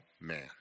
Man